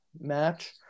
match